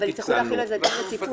אבל יצטרכו להחיל על זה דין רציפות,